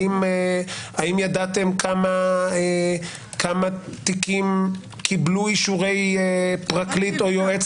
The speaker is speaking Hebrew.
האם ידעתם כמה תיקים קיבלו אישורי פרקליט או יועץ